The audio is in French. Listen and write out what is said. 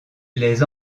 les